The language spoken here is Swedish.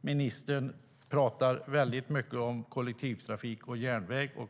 ministern pratade mycket om kollektivtrafik och järnväg.